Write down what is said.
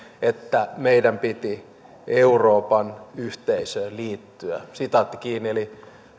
että meidän piti euroopan yhteisöön liittyä eli